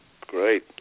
Great